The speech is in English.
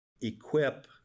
equip